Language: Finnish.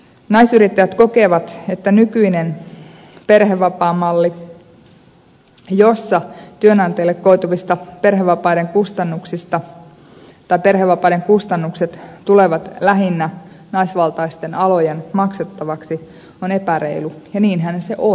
naisyrittäjät kokevat että nykyinen perhevapaamalli jossa työnantajalle koituvat perhevapaiden kustannukset tulevat lähinnä naisvaltaisten alojen maksettavaksi on epäreilu ja niinhän se on